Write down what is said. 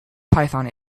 python